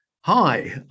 hi